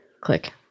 click